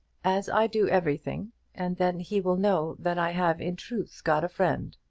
as i do everything and then he will know that i have in truth got a friend.